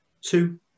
two